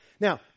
Now